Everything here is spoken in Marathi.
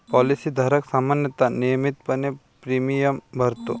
पॉलिसी धारक सामान्यतः नियमितपणे प्रीमियम भरतो